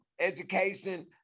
education